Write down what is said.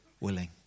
willing